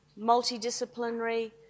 multidisciplinary